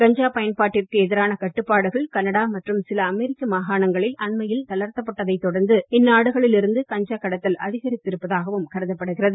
கஞ்சா பயன்பாட்டிற்கு எதிரான கட்டுப்பாடுகள் கனடா மற்றும் சில அமெரிக்க மாகாணங்களில் அண்மையில் தளர்த்தப்பட்டதை தொடர்ந்து இந்நாடுகளில் இருந்து கஞ்சா கடத்தல் அதிகரித்திருப்பதாகவும் கருதப்படுகிறது